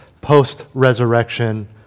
post-resurrection